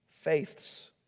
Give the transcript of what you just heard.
faiths